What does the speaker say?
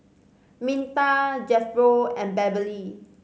Minta Jethro and Beverly